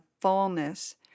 fullness